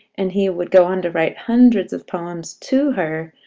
and he would go on to write hundreds of poems to her,